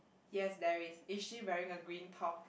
yes there is is she wearing a green top